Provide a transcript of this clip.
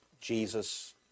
Jesus